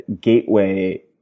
gateway